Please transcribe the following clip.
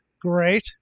great